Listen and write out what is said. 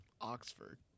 Oxford